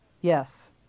Yes